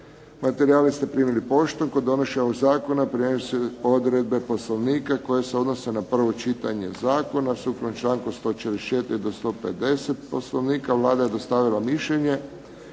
Materijale ste primili poštom. Kod donošenja ovog zakona primjenjuju se odredbe Poslovnika koje se odnose na prvo čitanje zakona. Sukladno članku 144. do 150. Poslovnika Vlada je dostavila mišljenje.